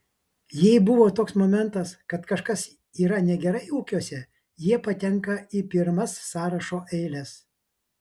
jeigu buvo toks momentas kad kažkas yra negerai ūkiuose jie patenka į pirmas sąrašo eiles